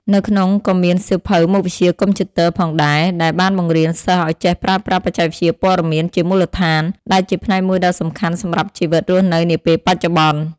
នៅក្នុងក៏មានសៀវភៅមុខវិជ្ជាកុំព្យូទ័រផងដែរ ដែលបានបង្រៀនសិស្សឱ្យចេះប្រើប្រាស់បច្ចេកវិទ្យាព័ត៌មានជាមូលដ្ឋាន ដែលជាផ្នែកមួយដ៏សំខាន់សម្រាប់ជីវិតរស់នៅនាពេលបច្ចុប្បន្ន។